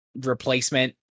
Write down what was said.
replacement